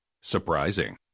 Surprising